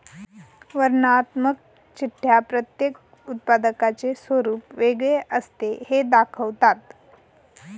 वर्णनात्मक चिठ्ठ्या प्रत्येक उत्पादकाचे स्वरूप वेगळे असते हे दाखवतात